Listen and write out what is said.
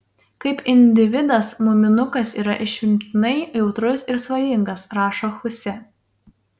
kaip individas muminukas yra išimtinai jautrus ir svajingas rašo huse